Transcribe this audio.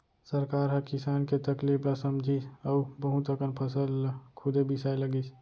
सरकार ह किसान के तकलीफ ल समझिस अउ बहुत अकन फसल ल खुदे बिसाए लगिस